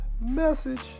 Message